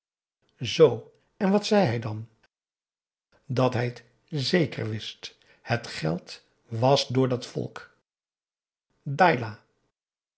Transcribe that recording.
zoo en wat zei hij dan dat hij het zeker wist het geld was door dat volk